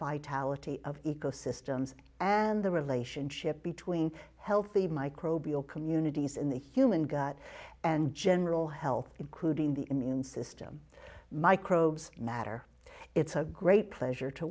vitality of ecosystems and the relationship between healthy microbial communities in the human gut and general health including the immune system microbes matter it's a great pleasure to